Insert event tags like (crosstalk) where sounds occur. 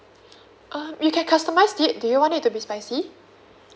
(breath) um you can customize it do you want it to be spicy